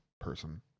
person